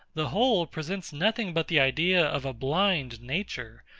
the whole presents nothing but the idea of a blind nature,